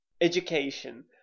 Education